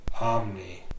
Omni